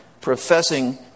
professing